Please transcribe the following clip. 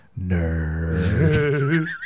Nerd